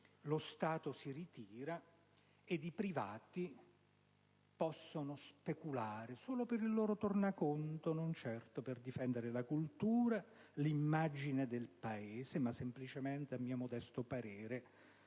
lo Stato si ritira e i privati possono speculare per il loro tornaconto, e dunque non certo per difendere la cultura o l'immagine del Paese, ma semplicemente, a mio modesto parere,